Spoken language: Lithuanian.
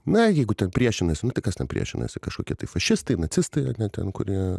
na jeigu tem priešinasi nu kas ten priešinasi kažkokie tai fašistai nacistai o ne ten kurie